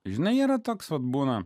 žinai yra toks atbūna